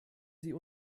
sie